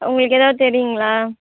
உங்களுக்கு ஏதாவது தெரியுங்களா